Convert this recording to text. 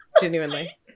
genuinely